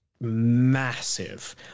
massive